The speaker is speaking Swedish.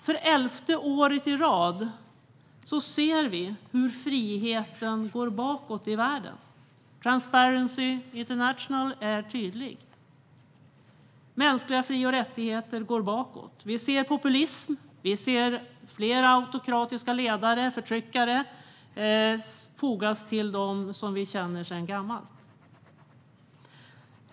För elfte året i rad ser vi hur friheterna minskar i världen. Transparency International är tydlig. Mänskliga fri och rättigheter tas steg bakåt i utvecklingen. Vi ser populism, fler autokratiska ledare - förtryckare - fogas till dem vi känner sedan gammalt.